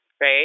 right